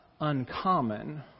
uncommon